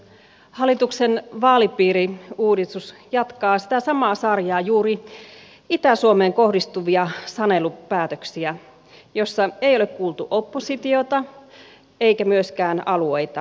hallituksen vaalipiiriuudistus jatkaa sitä samaa sarjaa juuri itä suomeen kohdistuvia sanelupäätöksiä vailla parlamentaarista valmistelua joissa ei ole kuultu oppositiota eikä myöskään alueita